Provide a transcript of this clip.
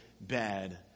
bad